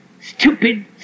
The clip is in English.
stupid